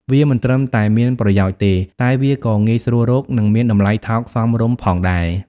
វាមិនត្រឹមតែមានប្រយោជន៍ទេ តែវាក៏ងាយស្រួលរក និងមានតម្លៃថោកសមរម្យផងដែរ។